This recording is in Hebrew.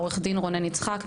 עורך דין רונן יצחק,